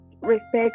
respect